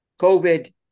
COVID